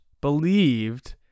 believed